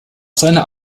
seiner